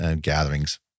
gatherings